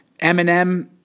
Eminem